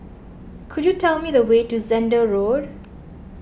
could you tell me the way to Zehnder Road